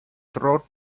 throw